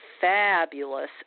fabulous